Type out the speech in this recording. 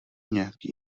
nějaký